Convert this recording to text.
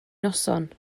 noson